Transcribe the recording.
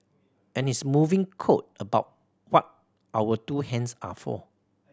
and his moving quote about what our two hands are for